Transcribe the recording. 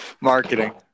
marketing